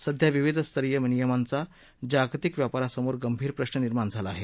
सध्या विविध स्तरीय नियमांचा जागतिक व्यापारासमोर गंभीर प्रश्न निर्माण झाला आहे